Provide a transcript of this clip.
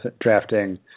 drafting